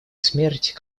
смерть